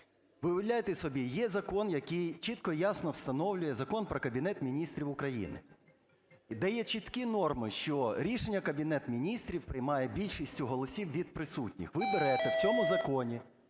Ви уявляєте собі, є закон, який чітко і ясно встановлює, Закон "Про Кабінет Міністрів України", дає чіткі норми, що рішення Кабінет Міністрів приймає більшістю голосів від присутніх. Ви берете в цьому законі,